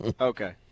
Okay